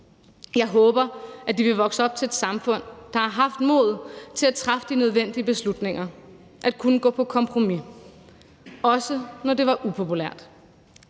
Jeg håber, at de vil vokse op til et samfund, der har haft modet til at træffe de nødvendige beslutninger og har kunnet gå på kompromis, også når det har været upopulært.